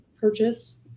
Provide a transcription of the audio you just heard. purchase